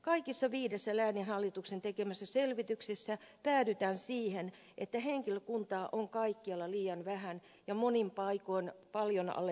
kaikissa viidessä lääninhallituksen tekemässä selvityksessä päädytään siihen että henkilökuntaa on kaikkialla liian vähän ja monin paikoin paljon alle minimin